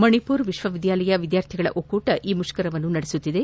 ಮಣಿಪುರ್ ವಿಶ್ವವಿದ್ಯಾಲಯ ವಿದ್ಯಾರ್ಥಿಗಳ ಒಕ್ಕೂಟ ಈ ಮುಷ್ಕರವನ್ನು ನಡೆಸುತ್ತಿದೆ